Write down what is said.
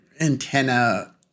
antenna